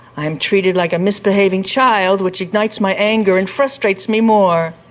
i am treated like a misbehaving child, which ignites my anger and frustrates me more.